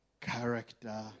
character